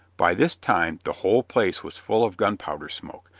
by this time the whole place was full of gunpowder smoke,